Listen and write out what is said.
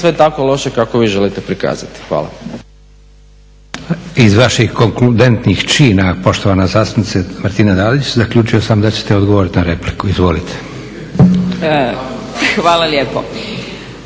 sve tako loše kako vi želite prikazati. Hvala. **Leko, Josip (SDP)** Iz vaših … čina, poštovana zastupnice Martina Dalić, zaključio sam da ćete odgovoriti na repliku. Izvolite. **Dalić,